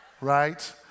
Right